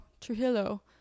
Trujillo